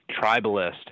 tribalist